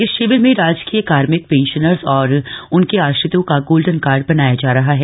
इस शिविर में राजकीय कार्मिकपेंशनर्स और उनके आश्रितों का गोल्डन कार्ड बनाया जा रहा है